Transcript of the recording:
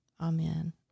amen